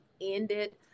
ended